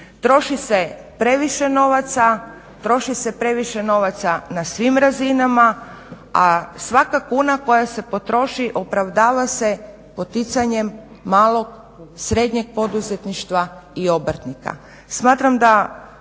Troši se previše novaca, troši se previše novaca na svim razinama, a svaka kuna koja se potroši opravdava se poticanjem malog, srednjeg poduzetništva i obrtnika.